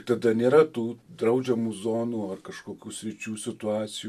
tada nėra tų draudžiamų zonų ar kažkokių sričių situacijų